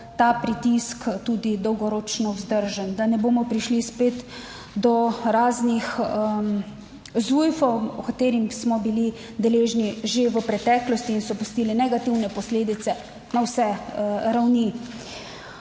ta pritisk tudi dolgoročno vzdržen, da ne bomo prišli spet do raznih ZUJF-ov, katerih smo bili deležni že v preteklosti in so pustili negativne posledice na vse ravni.